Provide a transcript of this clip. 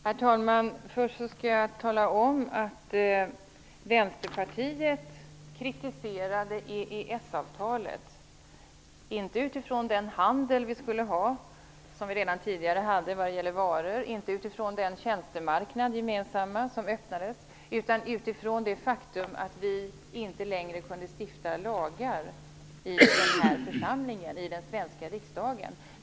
Herr talman! Vänsterpartiet kritiserade inte EES avtalet utifrån den handel vi skulle ha, och som vi redan hade vad gäller varor, eller utifrån den gemensamma tjänstemarknad som öppnades, utan utifrån det faktum att vi inte längre kunde stifta vissa lagar.